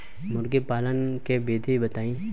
मुर्गी पालन के विधि बताई?